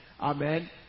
Amen